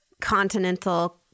continental